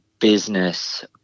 business